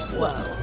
whoa.